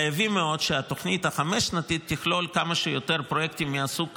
חייבים שהתוכנית החמש-שנתית תכלול כמה שיותר פרויקטים מהסוג הזה,